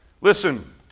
Listen